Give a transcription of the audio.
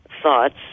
Thoughts